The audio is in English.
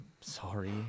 sorry